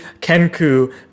Kenku